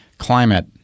Climate